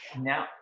now